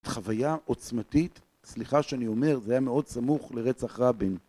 חוויה עוצמתית, סליחה שאני אומר, זה היה מאוד סמוך לרצח רבין.